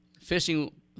fishing